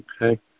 Okay